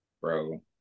Bro